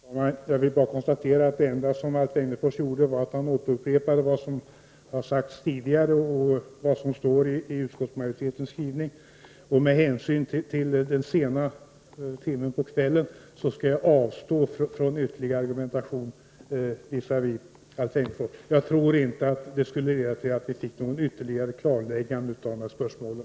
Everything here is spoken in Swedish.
Herr talman! Jag vill bara konstatera att det enda som Alf Egnerfors gjorde var att han upprepade vad som har sagts tidigare och vad som står i utskottets skrivning. Med hänsyn till den sena timmen skall jag avstå från ytterligare argumentation visavi Alf Egnerfors, för jag tror inte att den skulle leda till att vi fick något ytterligare klarläggande av spörsmålen.